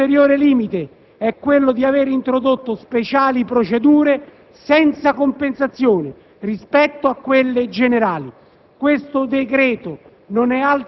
Un ulteriore limite è quello di aver introdotto speciali procedure senza compensazioni rispetto a quelle generali. Questo decreto